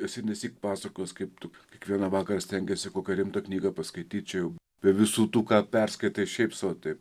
esi ir nesyk pasakojęs kaip tu kiekvieną vakarą stengiesi kokią rimtą knygą paskaityt čia jau be visų tų ką perskaitai šiaip sau taip